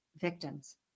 victims